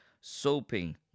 Soaping